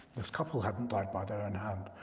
this couple hadn't died by their own hand,